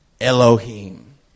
Elohim